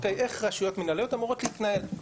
איך רשויות מנהליות אמורות להתנהל,